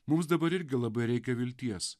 mums dabar irgi labai reikia vilties